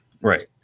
Right